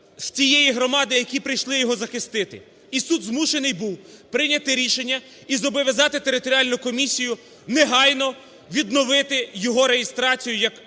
з цієї громади, які прийшли його захистити. І суд змушений був прийняти рішення і зобов'язати територіальну комісію негайно відновити його реєстрацію як кандидата